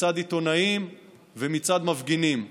מצד עיתונאים ומצד מפגינים.